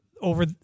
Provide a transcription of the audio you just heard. over